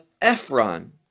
Ephron